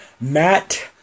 Matt